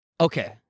Okay